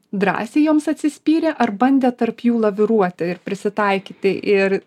drąsiai joms atsispyrė ar bandė tarp jų laviruoti ir prisitaikyti ir